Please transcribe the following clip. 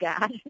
God